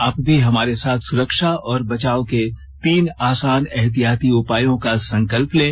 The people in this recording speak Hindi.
आप भी हमारे साथ सुरक्षा और बचाव के तीन आसान एहतियाती उपायों का संकल्प लें